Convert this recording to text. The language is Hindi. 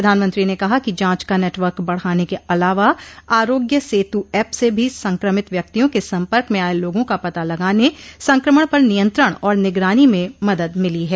प्रधानमंत्री ने कहा कि जांच का नेटवर्क बढ़ाने के अलावा आरोग्य सेतु एप से भी संक्रमित व्यक्तियों के सम्पर्क में आए लोगों का पता लगाने संक्रमण पर नियंत्रण और निगरानी में मदद मिली है